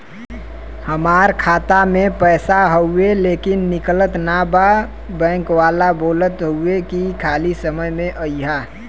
हमार खाता में पैसा हवुवे लेकिन निकलत ना बा बैंक वाला बोलत हऊवे की खाली समय में अईहा